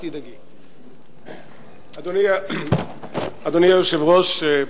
אדוני היושב-ראש,